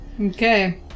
Okay